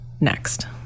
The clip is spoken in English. next